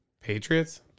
Patriots